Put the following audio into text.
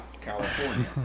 California